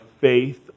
faith